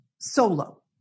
solo